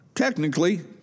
Technically